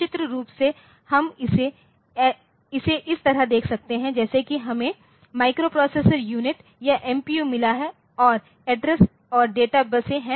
सचित्र रूप से हम इसे इस तरह देख सकते हैं जैसे कि हमें माइक्रोप्रोसेसर यूनिट या एमपीयू मिला है और एड्रेस और डेटा बसें हैं